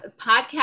podcast